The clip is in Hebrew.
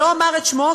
שלא אומר את שמו,